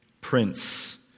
Prince